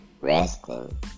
resting